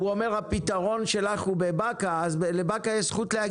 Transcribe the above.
-- ואומר שהפתרון שלך הוא בבאקה אז לבאקה יש זכות להגיב.